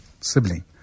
sibling